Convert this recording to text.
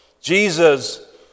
Jesus